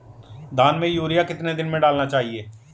धान में यूरिया कितने दिन में डालना चाहिए?